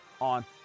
on